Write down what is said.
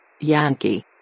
Yankee